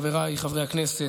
חבריי חברי הכנסת,